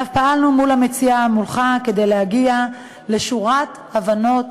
ואף פעלנו מול המציע, מולך, כדי להגיע לשורת הבנות